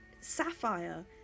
Sapphire